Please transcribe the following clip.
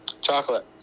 Chocolate